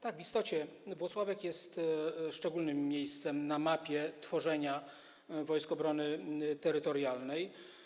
Tak, w istocie Włocławek jest szczególnym miejscem na mapie tworzenia Wojsk Obrony Terytorialnej.